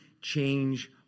change